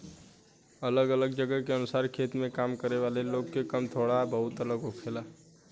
अलग अलग जगह के अनुसार खेत में काम करे वाला लोग के काम थोड़ा बहुत अलग होखेला